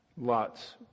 Lot's